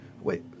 Wait